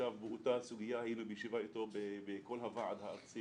כל הוועד הארצי